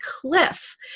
cliff